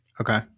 Okay